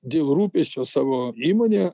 dėl rūpesčio savo įmonėje